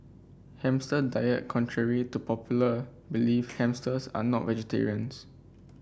hamster diet Contrary to popular belief hamsters are not vegetarians